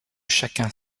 chacun